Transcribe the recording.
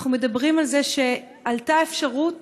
אנחנו מדברים על זה שעלתה אפשרות